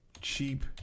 cheap